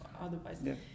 otherwise